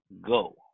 go